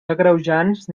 agreujants